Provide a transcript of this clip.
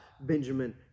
Benjamin